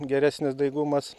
geresnis daigumas